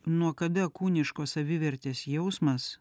nuo kada kūniškos savivertės jausmas